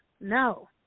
No